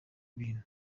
ibintu